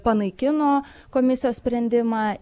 panaikino komisijos sprendimą